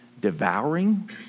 Devouring